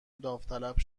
داوطلب